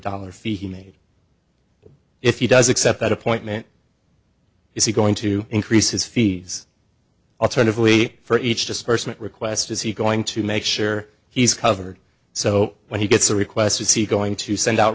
dollars fee he made if he does accept that appointment is he going to increase his fees alternatively for each dispersement request is he going to make sure he's covered so when he gets a request is he going to send out